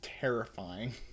terrifying